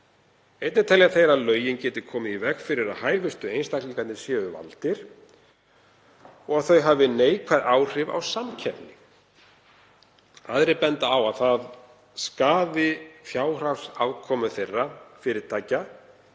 Einnig telja þeir að lögin geti komið í veg fyrir að hæfustu einstaklingarnir séu valdir og þau hafi neikvæð áhrif á samkeppni. Aðrir benda á að það skaði fjárhagsafkomu þeirra fyrirtækja